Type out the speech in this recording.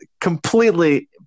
completely